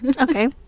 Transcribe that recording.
Okay